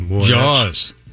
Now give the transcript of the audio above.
Jaws